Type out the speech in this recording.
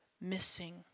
missing